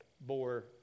bore